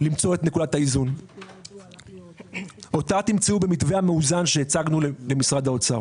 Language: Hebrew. למצוא את נקודת האיזון שאותה תמצאו במתווה המאוזן שהצגנו למשרד האוצר